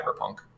Cyberpunk